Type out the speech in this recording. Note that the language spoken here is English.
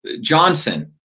Johnson